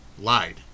lied